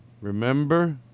Remember